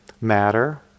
matter